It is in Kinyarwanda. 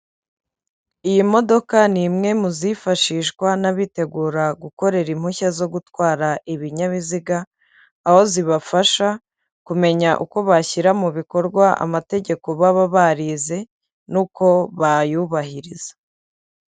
Iyi modoka ni imwe mu zifashishwa n'abitegura gukorera impushya zo gutwara ibinyabiziga ,aho zibafasha kumenya uko bashyira mu bikorwa amategeko baba barize, nuko bayubahiriza.